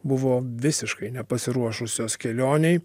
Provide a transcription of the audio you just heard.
buvo visiškai nepasiruošusios kelionei